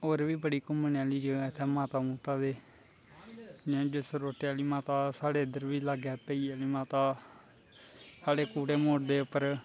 होर बी बड़ी घुमने आह्ली जगहा ऐ इत्थै माता मुता दी जसरोटे आह्ली माता साढ़े इधर बी लागे पेइये आह्ली माता साढ़े कूटे मोड़ दे उप्पर